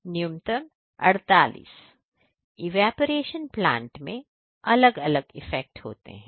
न्यूनतम 48 evaporation plant में अलग अलग इफेक्ट होते हैं